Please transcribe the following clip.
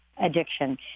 addiction